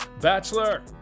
Bachelor